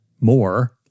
more